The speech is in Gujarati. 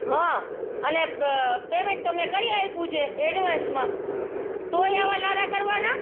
હં અને બ પેમેન્ટ તો મેં કરી આપ્યું છે ઍડવાન્સમાં તોય આવા લારા કરવાનાં